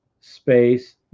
space